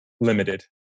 limited